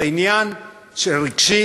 זה עניין רגשי,